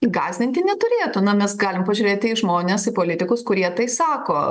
gąsdinti neturėtų na mes galim pažiūrėti į žmones į politikus kurie tai sako